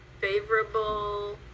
favorable